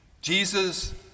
Jesus